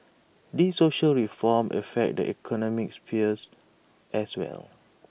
these social reforms affect the economic spheres as well